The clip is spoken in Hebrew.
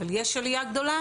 אבל יש עלייה גדולה